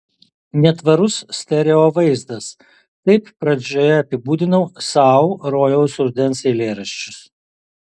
netvarus stereo vaizdas taip pradžioje apibūdinau sau rojaus rudens eilėraščius